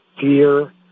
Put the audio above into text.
fear